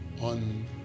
on